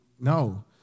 no